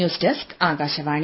news desk Akashvani